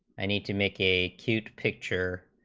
any to make a two picture